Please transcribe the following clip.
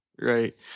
Right